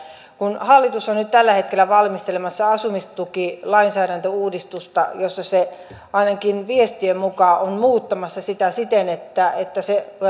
kun hallitus on nyt tällä hetkellä valmistelemassa asumistukilainsäädäntöuudistusta jota se ainakin viestien mukaan on muuttamassa siten että että se